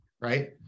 right